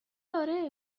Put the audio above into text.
اره